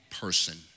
person